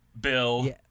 Bill